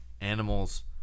animals